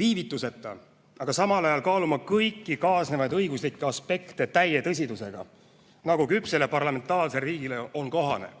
viivituseta, aga samal ajal kaaluma kõiki kaasnevaid õiguslikke aspekte täie tõsidusega, nagu küpsele parlamentaarsele riigile on kohane.